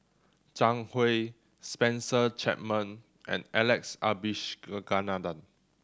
Zhang Hui Spencer Chapman and Alex Abisheganaden